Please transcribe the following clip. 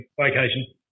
Vacation